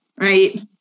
right